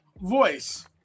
Voice